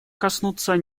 коснуться